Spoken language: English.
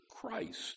Christ